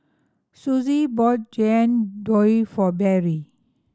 Sussie bought Jian Dui for Berry